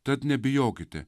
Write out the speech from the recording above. tad nebijokite